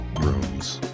rooms